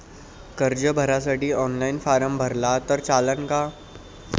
कर्जसाठी online form भरला तर चालन का?